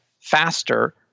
faster